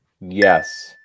yes